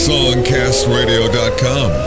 Songcastradio.com